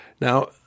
now